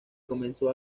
comenzó